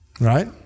Right